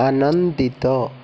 ଆନନ୍ଦିତ